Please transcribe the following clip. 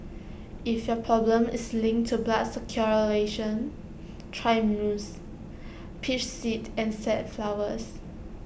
if your problem is linked to blood circulation try musk peach seed and safflowers